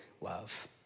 love